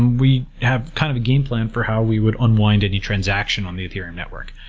we have kind of a game plan for how we would unwind any transaction on the ethereum network.